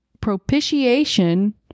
Propitiation